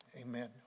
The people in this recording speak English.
amen